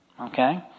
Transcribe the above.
Okay